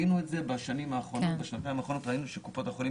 הוא קיבל פה 250 מיליוני שקל.